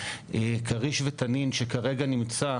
שכריש ותנין שכרגע נמצא